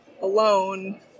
alone